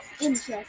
interest